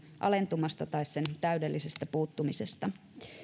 alentumasta tai sen täydellisestä puuttumisesta